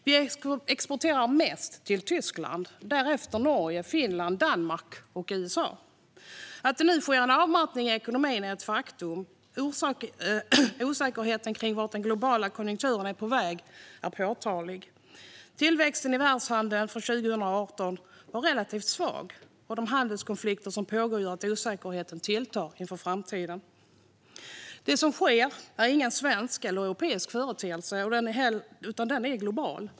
Vi exporterar mest till Tyskland och därefter Norge, Finland, Danmark och USA. Att det nu sker en avmattning i ekonomin är ett faktum. Osäkerheten kring vart den globala konjunkturen är på väg är påtaglig. Tillväxten i världshandeln för 2018 var relativt svag, och de handelskonflikter som pågår gör att osäkerheten inför framtiden tilltar. Det som sker är ingen svensk eller europeisk företeelse, utan den är global.